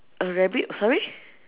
a rabbit err sorry